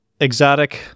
exotic